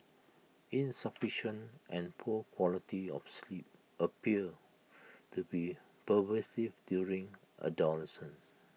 insufficient and poor quality of sleep appear to be pervasive during adolescence